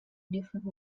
different